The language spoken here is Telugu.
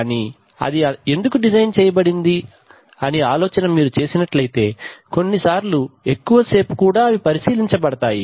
కానీ అది ఎందుకు డిజైన్ చేయబడింది అని ఆలోచన చేసినట్లయితే కొన్నిసార్లు ఎక్కువ సేపు కూడా అవి పరిశీలించ బడతాయి